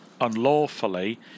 unlawfully